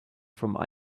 from